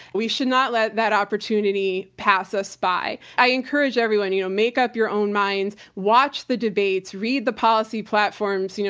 we should not let that opportunity pass us by. i encourage everyone, you know make up your own minds. watch the debates, read the policy platforms, you know